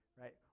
right